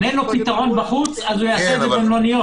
אם אין לו פתרון בחוץ, הוא יעשה במלוניות.